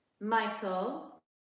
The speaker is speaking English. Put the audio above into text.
Michael